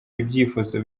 ibyifuzo